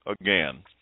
again